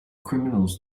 criminals